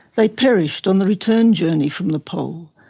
they perished on the return journey from the pole,